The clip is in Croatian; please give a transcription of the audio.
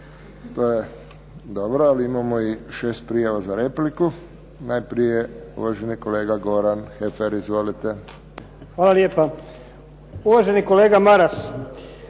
To je dobro. Ali imamo i šest prijava za repliku. Najprije uvaženi kolega Goran Hefer. Izvolite. **Heffer, Goran (SDP)** Hvala lijepa. Uvaženi kolega Maras